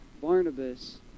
Barnabas